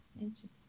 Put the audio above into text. Interesting